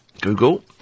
Google